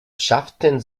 schafften